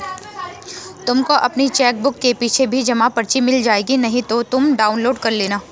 तुमको अपनी चेकबुक के पीछे भी जमा पर्ची मिल जाएगी नहीं तो तुम डाउनलोड कर लेना